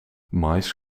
maïs